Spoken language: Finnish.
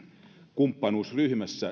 kumppanuusryhmää